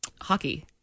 hockey